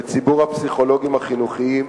בציבור הפסיכולוגים החינוכיים,